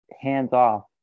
hands-off